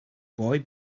boy